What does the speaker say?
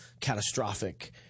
catastrophic